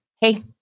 hey